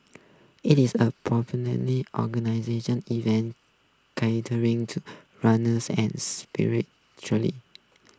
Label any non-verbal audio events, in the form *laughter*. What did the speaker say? it is a *unintelligible* organization event *unintelligible* to runners and spirit *unintelligible*